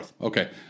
okay